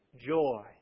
joy